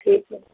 ठीक है